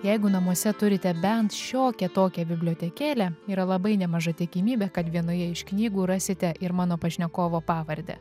jeigu namuose turite bent šiokią tokią bibliotekėlę yra labai nemaža tikimybė kad vienoje iš knygų rasite ir mano pašnekovo pavardę